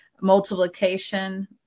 multiplication